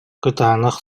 кытаанах